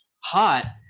hot